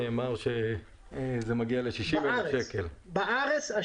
נאמר שזה מגיע 60,000. בארץ.